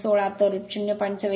16 तर 0